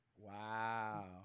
Wow